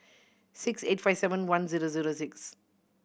six eight five seven one zero zero six